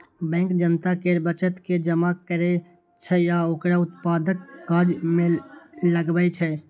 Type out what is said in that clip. bank जनता केर बचत के जमा करै छै आ ओकरा उत्पादक काज मे लगबै छै